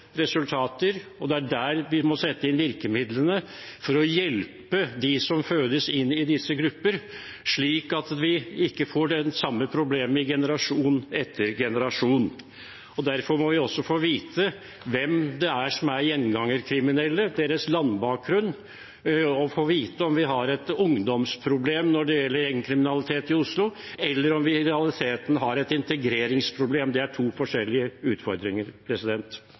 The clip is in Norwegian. Det er der vi må sette inn virkemidlene for å hjelpe dem som fødes inn i disse gruppene, slik at vi ikke får de samme problemene i generasjon etter generasjon. Derfor må vi også få vite hvem det er som er gjengangerkriminelle, deres landbakgrunn, og få vite om vi har et ungdomsproblem når det gjelder gjengkriminalitet i Oslo, eller om vi i realiteten har et integreringsproblem. Det er to forskjellige utfordringer.